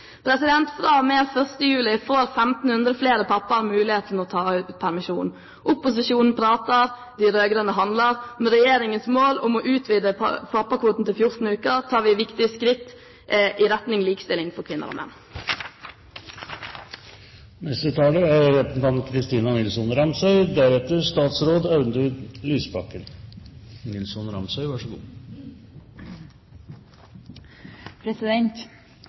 og med 1. juli får 1 500 flere pappaer muligheten til å ta ut permisjon. Opposisjonen prater, de rød-grønne handler. Med regjeringens mål om å utvide pappakvoten til 14 uker tar vi viktige skritt i retning likestilling for kvinner og menn. Senterpartiet er